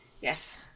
Yes